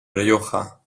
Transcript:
rioja